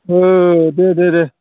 औ दे दे दे